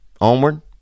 onward